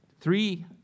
Three